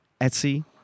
Etsy